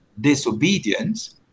disobedience